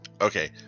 Okay